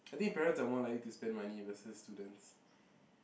I think parents are more likely to spend money versus students